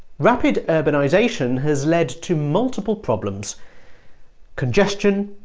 rapid urbanisation has led to multiple problems congestion,